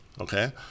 Okay